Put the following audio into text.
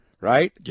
right